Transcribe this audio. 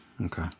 Okay